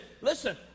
listen